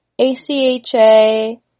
ACHA